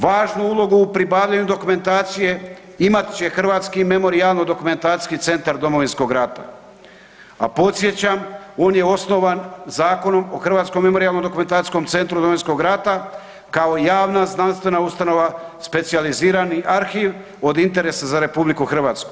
Važnu ulogu u pribavljanju dokumentacije imat će se Hrvatski memorijalno-dokumentacijski centar Domovinskog rata a podsjećam, on je osnovan Zakonom o Hrvatskom memorijalno-dokumentacijskom centru Domovinskog rata kao javna znanstvena ustanova, specijalizirani arhiv od interesa za RH.